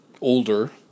older